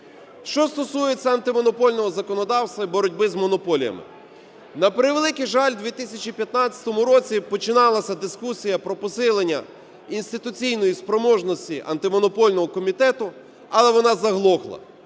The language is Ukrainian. Що стосується антимонопольного законодавства і боротьби з монополіями. На превеликий жаль, у 2015 році починалася дискусія про посилення інституційної спроможності антимонопольного комітету, але вона заглохла.